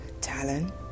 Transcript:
talent